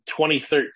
2013